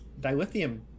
dilithium